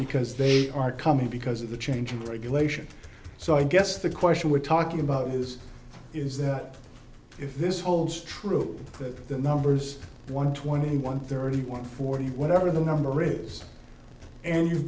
because they are coming because of the change in regulation so i guess the question we're talking about is is that if this holds true to the numbers one twenty one thirty one forty whatever the number is and you